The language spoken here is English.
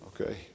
okay